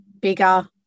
bigger